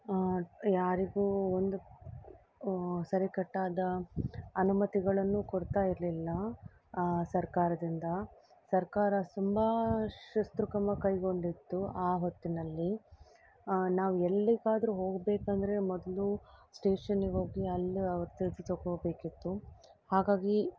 ಯಾರಿಗೂ ಒಂದು ಸರಿಕಟ್ಟಾದ ಅನುಮತಿಗಳನ್ನೂ ಕೊಡ್ತಾ ಇರಲಿಲ್ಲ ಸರ್ಕಾರದಿಂದ ಸರ್ಕಾರ ತುಂಬಾ ಶಿಸ್ತುಕ್ರಮ ಕೈಗೊಂಡಿತ್ತು ಆ ಹೊತ್ತಿನಲ್ಲಿ ನಾವು ಎಲ್ಲಿಗಾದರು ಹೋಗಬೇಕಂದ್ರೆ ಮೊದಲು ಸ್ಟೇಷನ್ನಿಗೆ ಹೋಗಿ ಅಲ್ಲಿ ಅವ್ರು ತಿಳಿಸಿ ತೊಕೋಬೇಕಿತ್ತು ಹಾಗಾಗಿ